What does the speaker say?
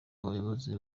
abayobozi